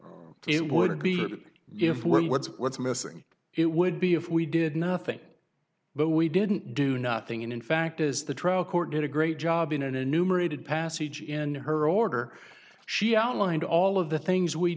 we're what's what's missing it would be if we did nothing but we didn't do nothing and in fact is the trial court did a great job in an enumerated passage in her order she outlined all of the things we